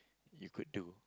you could do